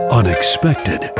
unexpected